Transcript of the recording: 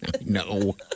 No